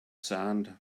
sand